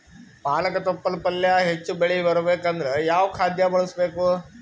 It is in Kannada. ಪಾಲಕ ತೊಪಲ ಪಲ್ಯ ಹೆಚ್ಚ ಬೆಳಿ ಬರಬೇಕು ಅಂದರ ಯಾವ ಖಾದ್ಯ ಬಳಸಬೇಕು?